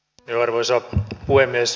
arvoisa puhemies